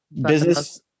business